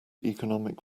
economic